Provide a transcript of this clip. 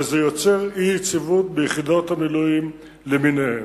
וזה יוצר אי-יציבות ביחידות המילואים למיניהן.